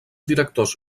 directors